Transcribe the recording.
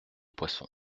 poisson